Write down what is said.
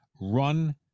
run